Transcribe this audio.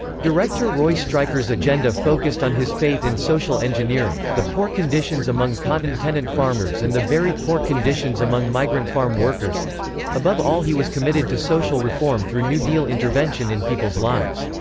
director roy stryker's agenda focused on his faith in social engineering, the poor conditions among cotton tenant farmers and the very poor conditions among migrant farm workers above all he was committed to social reform through new deal intervention in people's lives.